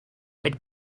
with